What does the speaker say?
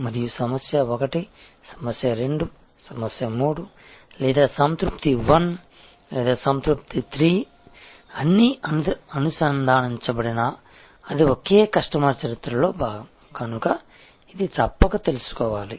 మరియు సమస్య 1 సమస్య 2 సమస్య 3 లేదా సంతృప్తి 1 లేదా సంతృప్తి 3 అన్నీ అనుసంధానించబడినా అది ఒకే కస్టమర్ చరిత్రలో భాగం కనుక ఇది తప్పక తెలుసుకోవాలి